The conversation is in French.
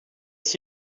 est